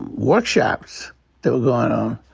workshops that were goin' on,